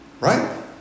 right